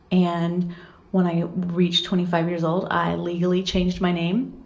and when i reached twenty-five years old i legally changed my name.